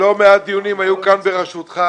לא מעט דיונים היו כאן בראשותך.